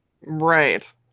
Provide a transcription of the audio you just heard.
Right